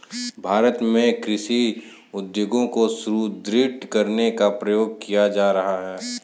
भारत में कृषि उद्योग को सुदृढ़ करने का प्रयास किया जा रहा है